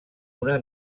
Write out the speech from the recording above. una